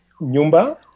Nyumba